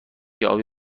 ابی